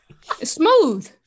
smooth